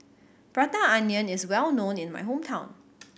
Prata Onion is well known in my hometown